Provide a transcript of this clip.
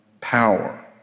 power